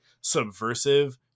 subversive